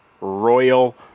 Royal